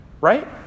right